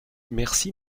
merci